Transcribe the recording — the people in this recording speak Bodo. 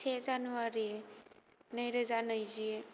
से जानुवारी नैरोजा नैजि